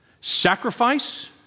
Sacrifice